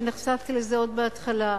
שנחשפתי לזה עוד בהתחלה,